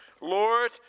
Lord